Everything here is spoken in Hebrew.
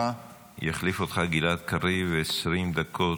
יחליף אותך גלעד קריב, 20 דקות.